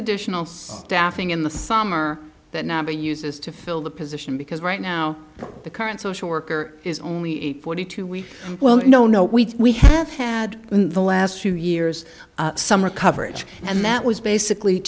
additional staffing in the summer that number uses to fill the position because right now the current social worker is only eight forty two weeks well no no we have had in the last few years some are coverage and that was basically